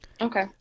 Okay